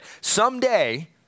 someday